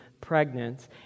pregnant